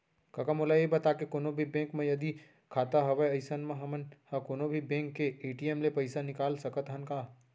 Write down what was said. कका मोला ये बता के कोनों भी बेंक म यदि खाता हवय अइसन म हमन ह कोनों भी बेंक के ए.टी.एम ले पइसा निकाल सकत हन का?